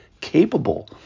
capable